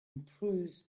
improves